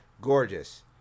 gorgeous